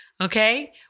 Okay